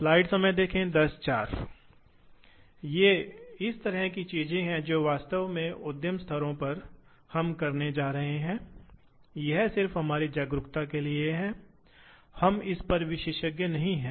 और कभी कभी गति अनुपात को काटने के लिए दो अक्षों के साथ बनाए रखना पड़ता है आप जानते हैं कि सतहों को कहते हैं बेलनाकार सतहों या काटने के कोनों की तरह